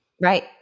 Right